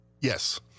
Yes